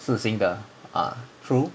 四星的 ah true